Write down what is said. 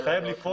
התחייב לפעול